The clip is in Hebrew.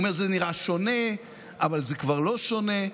והוא אמר: זה נראה שונה אבל זה כבר לא שונה,